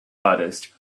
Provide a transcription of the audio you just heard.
artist